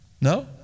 No